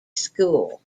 school